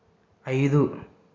ఐదు